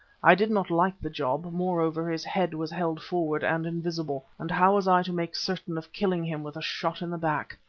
i did not like the job moreover, his head was held forward and invisible, and how was i to make certain of killing him with a shot in the back?